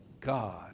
God